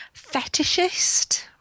fetishist